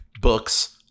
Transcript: books